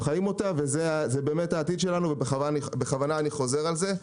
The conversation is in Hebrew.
וזה באמת העתיד שלנו ובכוונה אני חוזר על זה.